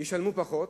ישלמו פחות,